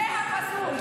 זה הפסול.